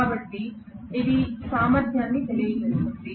కనుక ఇది సామర్థ్యాన్ని తెలియజేస్తుంది